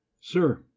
Sir